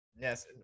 Yes